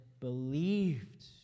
believed